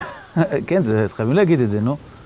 כן, זה חייבים להגיד את זה, נו.